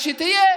אז שיהיה